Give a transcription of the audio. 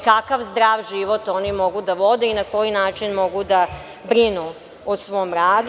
Kakav zdrav život oni mogu da vode i na koji način mogu da brinu o svom radu?